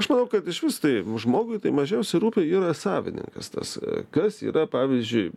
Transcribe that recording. aš manau kad išvis tai žmogui tai mažiausia rūpi yra savininkas tas kas yra pavyzdžiui